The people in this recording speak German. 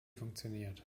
funktioniert